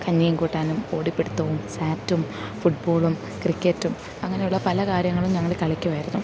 കഞ്ഞിയും കൂട്ടാനും ഓടി പിടുത്തവും സാറ്റും ഫുട് ബോളും ക്രിക്കറ്റും അങ്ങനെയുള്ള പല കാര്യങ്ങളും ഞങ്ങൾ കളിക്കുമായിരുന്നു